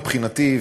מבחינתי,